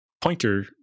pointer